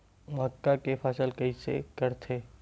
मक्का के फसल कइसे करथे?